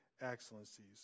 excellencies